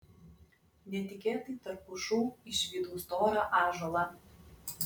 netikėtai tarp pušų išvydau storą ąžuolą